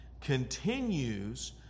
continues